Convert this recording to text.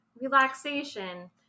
relaxation